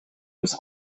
was